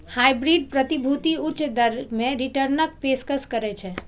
hybrid प्रतिभूति उच्च दर मे रिटर्नक पेशकश करै छै